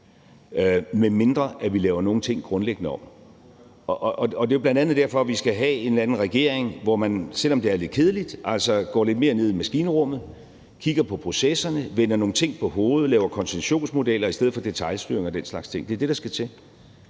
medmindre vi laver nogle ting grundlæggende om. Det er bl.a. derfor, at vi skal have en regering, hvor man, selv om det er lidt kedeligt, går lidt mere ned i maskinrummet, kigger på processerne, vender nogle ting på hovedet og laver koncessionsmodeller i stedet for detailstyring og den slags ting. Det er det, der skal til,